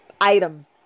item